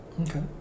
okay